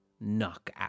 knockout